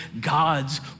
God's